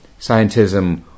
Scientism